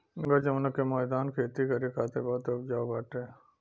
गंगा जमुना के मौदान खेती करे खातिर बहुते उपजाऊ बाटे